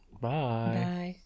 Bye